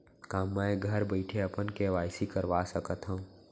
का मैं घर बइठे अपन के.वाई.सी करवा सकत हव?